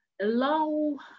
allow